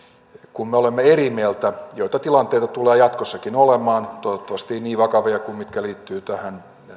kun me olemme eri mieltä joita tilanteita tulee jatkossakin olemaan toivottavasti ei niin vakavia kuin ne mitkä liittyvät tähän